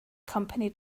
company